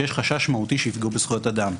שיש חשש מהותי שיפגעו בזכויות אדם.